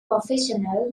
professional